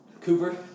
Cooper